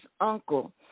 uncle